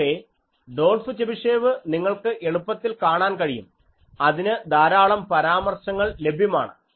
പക്ഷേ Dolf Chebyshev നിങ്ങൾക്ക് എളുപ്പത്തിൽ കാണാൻ കഴിയും അതിന് ധാരാളം പരാമർശങ്ങൾ ലഭ്യവുമാണ്